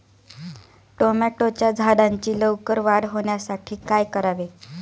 टोमॅटोच्या झाडांची लवकर वाढ होण्यासाठी काय करावे?